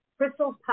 Crystal's